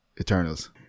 Eternals